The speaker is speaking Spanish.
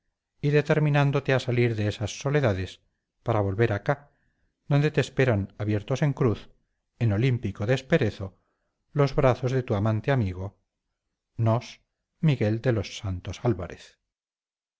y determinándote a salir de esas soledades para volver acá donde te esperan abiertos en cruz en olímpico desperezo los brazos de tu amante amigo nos miguel de los santos álvarez